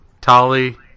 Tali